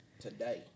today